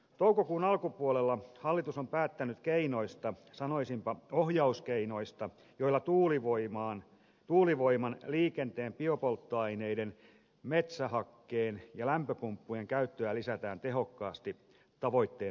toukokuun alkupuolella hallitus on päättänyt keinoista sanoisinpa ohjauskeinoista joilla tuulivoiman liikenteen biopolttoaineiden metsähakkeen ja lämpöpumppujen käyttöä lisätään tehokkaasti tavoitteen saavuttamiseksi